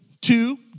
two